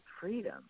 freedom